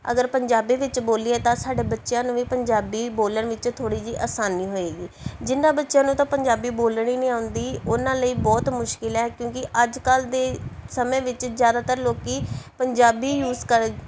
ਅਗਰ ਪੰਜਾਬੀ ਵਿੱਚ ਬੋਲੀਏ ਤਾਂ ਸਾਡੇ ਬੱਚਿਆਂ ਨੂੰ ਵੀ ਪੰਜਾਬੀ ਬੋਲਣ ਵਿੱਚ ਥੋੜ੍ਹੀ ਜਿਹੀ ਆਸਾਨੀ ਹੋਏਗੀ ਜਿਹਨਾਂ ਬੱਚਿਆਂ ਨੂੰ ਤਾਂ ਪੰਜਾਬੀ ਬੋਲਣੀ ਨਹੀਂ ਆਉਂਦੀ ਉਹਨਾਂ ਲਈ ਬਹੁਤ ਮੁਸ਼ਕਲ ਹੈ ਕਿਉਂਕਿ ਅੱਜ ਕੱਲ ਦੇ ਸਮੇਂ ਵਿੱਚ ਜ਼ਿਆਦਾਤਰ ਲੋਕ ਪੰਜਾਬੀ ਯੂਸ ਕਰਨ